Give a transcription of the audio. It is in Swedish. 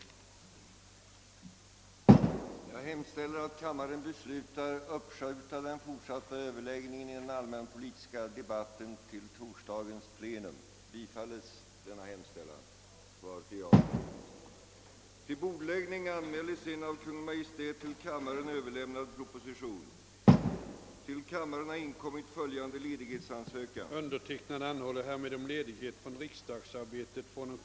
Som tiden nu var långt framskriden beslöt kammaren på förslag av herr talmannen att uppskjuta den fortsatta överläggningen samt behandlingen av Övriga på föredragningslistan upptagna ärenden till morgondagens sammanträde. Undertecknad anhåller härmed om ledighet från riksdagsarbetet fr.o.m. den 30 okt. tills vidare under höstsessionen för deltagande i Förenta Nationernas generalförsamling.